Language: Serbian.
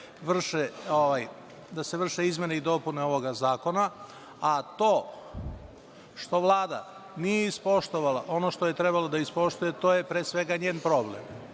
da se vrše izmene i dopune ovog zakona, a to što Vlada nije ispoštovala ono što je trebalo da ispoštuje, to je pre svega njen problem.